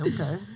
okay